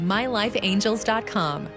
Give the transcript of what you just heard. MyLifeAngels.com